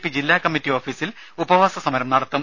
P ജില്ലാ കമ്മറ്റി ഓഫിസിൽ ഉപവാസസമരം നടത്തും